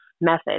method